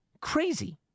Crazy